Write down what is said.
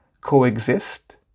coexist